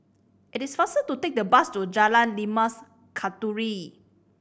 it is faster to take the bus to Jalan Limau Kasturi